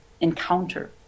encounter